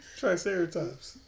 triceratops